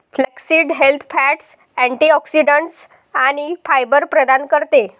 flaxseed healthy fats, antioxidants आणि fibre प्रदान करते